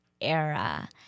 era